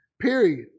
period